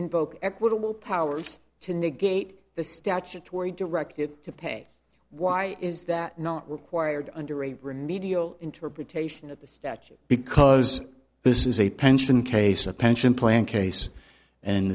invoke equitable powers to negate the statutory directive to pay why is that not required under a remedial interpretation of the statute because this is a pension case a pension plan case and